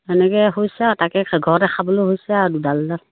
সেনেকে হৈছে আৰু তাকে সেই ঘৰতে খাবলৈ হৈছে আৰু দুডাল এডাল